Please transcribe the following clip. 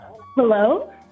Hello